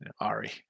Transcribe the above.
Ari